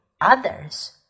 others